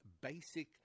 basic